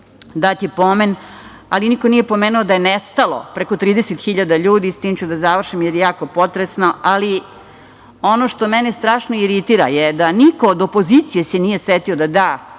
dati pomen, ali niko nije pomenuo da je nestalo preko 30 hiljada ljudi. Sa tim ću da završim, jer je jako potresno, ali ono što mene strašno iritira je da se niko od opozicije nije setio da da